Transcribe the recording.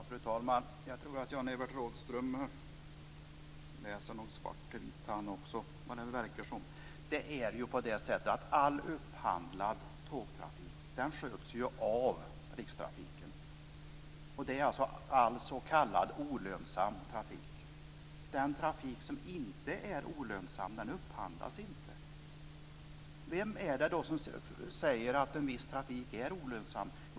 Fru talman! Jag tror att Jan-Evert Rådhström också läser svart till vitt. All upphandlad tågtrafik sköts av Rikstrafiken. Det handlar om all s.k. olönsam trafik. Den trafik som inte är olönsam upphandlas inte. Vem är det då som säger att en viss trafik är olönsam?